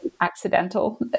accidental